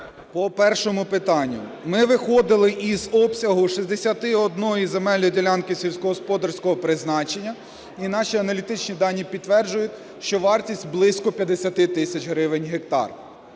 По першому питанню. Ми виходили із обсягу 61 земельної ділянки сільськогосподарського призначення, і наші аналітичні дані підтверджують, що вартість близько 50 тисяч гривень гектар.